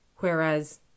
whereas